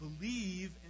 believe